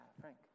Frank